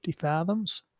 fathoms